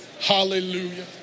Hallelujah